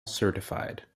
certified